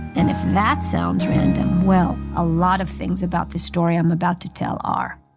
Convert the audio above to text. and if that sounds random, well, a lot of things about this story i'm about to tell are